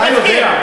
אתה יודע.